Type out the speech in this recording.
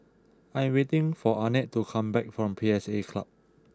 I am waiting for Arnett to come back from P S A Club